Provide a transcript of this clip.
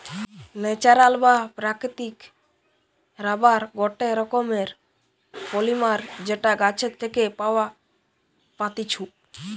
natural বা প্রাকৃতিক rubber গটে রকমের পলিমার যেটা গাছের থেকে পাওয়া পাত্তিছু